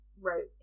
wrote